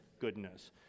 goodness